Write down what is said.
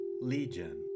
legion